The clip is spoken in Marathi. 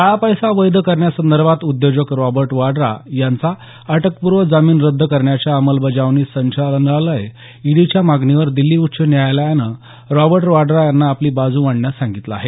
काळा पैसा वैध करण्यासंदर्भात उद्योजक रॉबर्ट वाड्रा यांचा अटकपूरव जामीन रद्द करण्याच्या अंमलबजावणी संचालनालय ईडीच्या मागणीवर दिल्ली उच्च न्यायालयानं रॉबर्ट वाड्रा यांना आपली बाजू मांडण्यास सांगितलं आहे